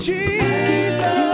Jesus